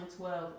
2012